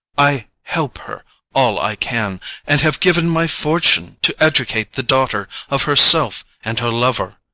i help her all i can and have given my fortune to educate the daughter of herself and her lover.